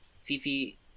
Fifi